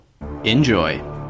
Enjoy